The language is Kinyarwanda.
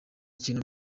kintu